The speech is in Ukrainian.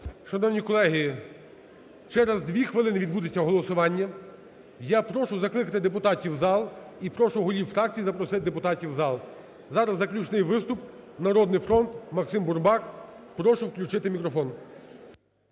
Шановні колеги, через дві хвилини відбудеться голосування. Я прошу закликати депутатів в зал і прошу голів фракцій запросити депутатів в зал. Зараз заключний виступ. "Народний фронт" Максим Бурбак. Прошу включити мікрофон.